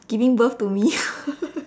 giving birth to me